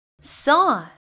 saw